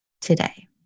today